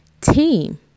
team